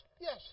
Yes